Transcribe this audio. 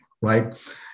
right